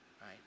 right